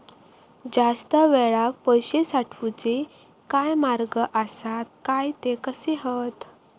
जास्त वेळाक पैशे साठवूचे काय मार्ग आसत काय ते कसे हत?